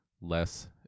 less